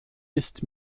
ist